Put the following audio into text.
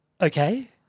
okay